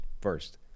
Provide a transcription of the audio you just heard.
first